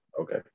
Okay